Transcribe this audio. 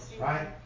Right